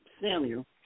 Samuel